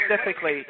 specifically